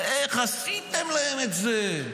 איך עשיתם להם את זה?